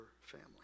family